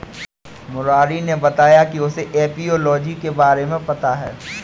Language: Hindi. मुरारी ने बताया कि उसे एपियोलॉजी के बारे में पता है